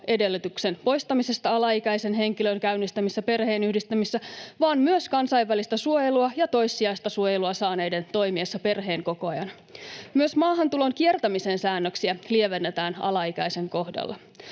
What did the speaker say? toimeentuloedellytyksen poistamisesta alaikäisen henkilön käynnistämissä perheenyhdistämisissä vaan myös kansainvälistä suojelua ja toissijaista suojelua saaneiden toimiessa perheenkokoajana. Myös maahantulon kiertämisen säännöksiä lievennetään alaikäisen kohdalla.